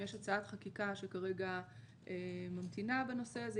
יש הצעת חקיקה שכרגע ממתינה בנושא הזה.